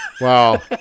wow